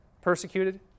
persecuted